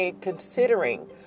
considering